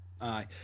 Aye